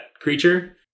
creature